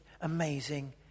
amazing